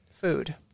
food